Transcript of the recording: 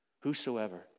whosoever